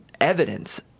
evidence